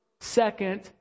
second